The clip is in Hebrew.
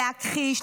להכחיש,